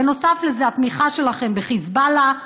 בנוסף לזה, התמיכה שלכם בחיזבאללה,